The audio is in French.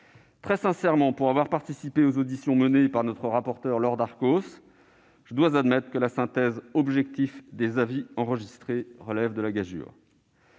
Très sincèrement, pour avoir participé aux auditions menées par notre rapporteure Laure Darcos, je dois admettre que la synthèse objective des avis enregistrés relève de la gageure.